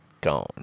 gone